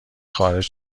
خارج